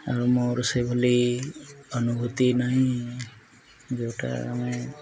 ଆଉ ମୋର ସେଭଳି ଅନୁଭୂତି ନାହିଁ ଯେଉଁଟା ଆମେ